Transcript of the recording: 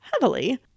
heavily